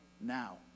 now